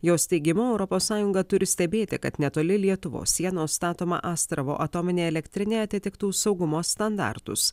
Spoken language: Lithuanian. jos teigimu europos sąjunga turi stebėti kad netoli lietuvos sienos statoma astravo atominė elektrinė atitiktų saugumo standartus